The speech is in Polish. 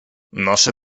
nasze